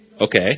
Okay